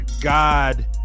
god